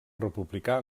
republicà